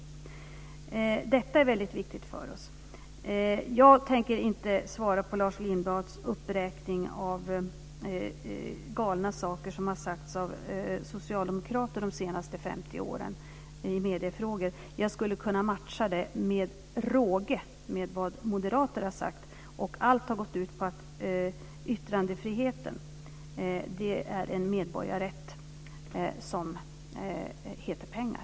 Detta är väldigt viktigt för oss. Jag tänker inte svara på Lars Lindblads uppräkning av galna saker som har sagts av socialdemokrater i medieföretagen de senaste 50 åren. Jag skulle med råge kunna matcha det med vad moderater har sagt. Allt har gått ut på att yttrandefriheten är en medborgarrätt som heter pengar.